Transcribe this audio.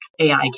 AI